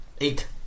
Eight